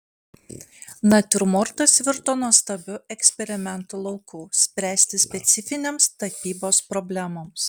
natiurmortas virto nuostabiu eksperimentų lauku spręsti specifinėms tapybos problemoms